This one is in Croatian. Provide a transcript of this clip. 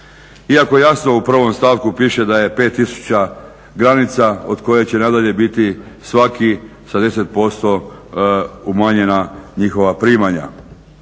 iako jasno u 1.stavku piše da je 5.000 granica od koje će nadalje biti svaki sa 10% umanjena njihova primanja.